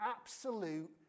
absolute